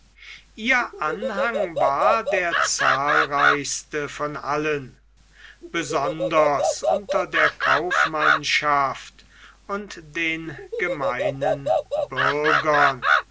ihr anhang war der zahlreichste von allen besonders unter der kaufmannschaft und den gemeinen bürgern